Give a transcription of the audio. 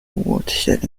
watershed